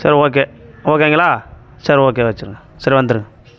சரி ஓகே ஓகேங்களா சரி ஓகே வெச்சிடுறேன் சரி வந்துடுங்க